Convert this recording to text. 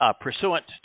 pursuant